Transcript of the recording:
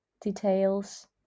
details